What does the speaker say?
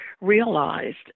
realized